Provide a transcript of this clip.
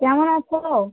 কেমন আছো